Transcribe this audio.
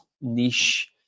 niche